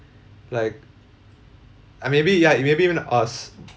like I maybe ya maybe even us